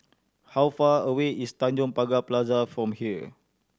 how far away is Tanjong Pagar Plaza from here